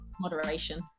moderation